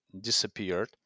disappeared